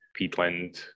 peatland